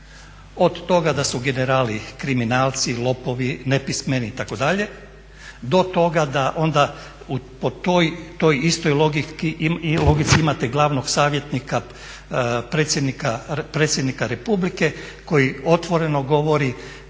Od toga da su generali kriminalci i lopovi, nepismeni itd. do toga da onda po toj istoj logici imate glavnog savjetnika predsjednika Republike koji otvoreno govori,